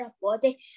body